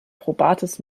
probates